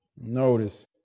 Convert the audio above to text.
Notice